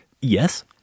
Yes